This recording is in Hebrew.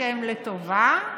כשהן לטובה,